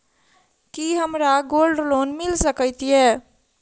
की हमरा gold loan मिल सकैत ये?